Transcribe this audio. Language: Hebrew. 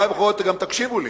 אולי בכל זאת גם תקשיבו לי,